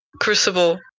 Crucible